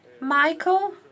Michael